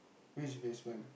which basement